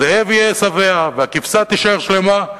הזאב יהיה שבע והכבשה תישאר שלמה.